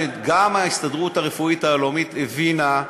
גם ההסתדרות הרפואית העולמית הבינה,